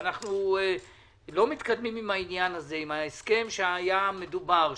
ואנחנו לא מתקדמים עם ההסכם שהיה מדובר,